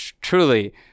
truly